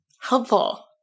helpful